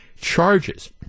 Charges